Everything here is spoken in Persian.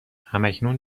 هماکنون